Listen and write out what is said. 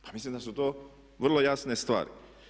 Pa mislim da su to vrlo jasne stvari.